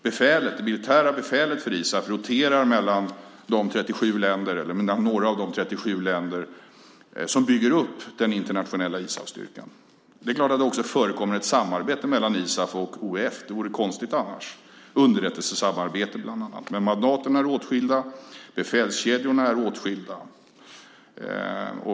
Det militära befälet för ISAF roterar mellan några av de 37 länder som bygger upp den internationella ISAF-styrkan. Det är klart att det förekommer ett samarbete, bland annat ett underrättelsesamarbete, mellan ISAF och OEF. Det vore konstigt annars. Men mandaten och befälskedjorna är åtskilda.